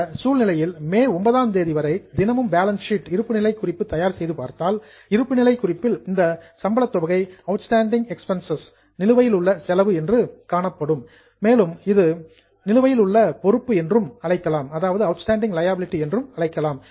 இந்த சூழ்நிலையில் மே 9 ஆம் தேதி வரை தினமும் பேலன்ஸ் ஷீட் இருப்புநிலைக் குறிப்பு தயார் செய்து பார்த்தால் இருப்புநிலை குறிப்பில் இந்த சம்பளத் தொகை அவுட்ஸ்டாண்டிங் எக்ஸ்பென்சஸ் நிலுவையில் உள்ள செலவு என்று காணப்படும் மேலும் இது அவுட்ஸ்டாண்டிங் லியாபிலிடி நிலுவையில் உள்ள பொறுப்பு என்றும் அழைக்கலாம்